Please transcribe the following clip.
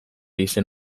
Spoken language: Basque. izen